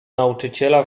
nauczyciela